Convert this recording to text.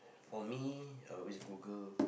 for me I always Google